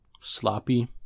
sloppy